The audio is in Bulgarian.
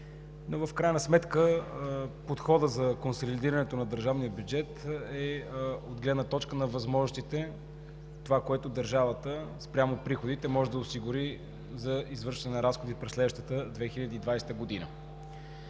В крайна сметка подходът за консолидирането на държавния бюджет е от гледна точка на възможностите – това, което държавата спрямо приходите може да осигури за извършване на разходи през следващата 2020 г.